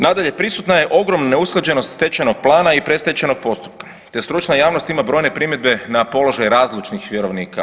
Nadalje, prisutna je ogromna neusklađenost stečajnog plana i predstečajnog postupka, te stručna javnost ima brojne primjedbe na položaj razlučnih vjerovnika.